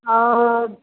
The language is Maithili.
अओ